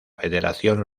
federación